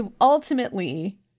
ultimately